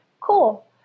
cool